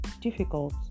difficult